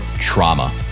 trauma